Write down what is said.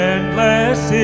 Endless